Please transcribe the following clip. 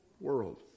world